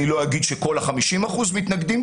אני לא אומר שכל ה-50 אחוזים מתנגדים,